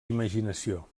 imaginació